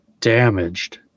damaged